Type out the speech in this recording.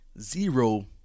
zero